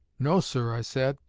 no, sir i said,